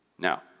Now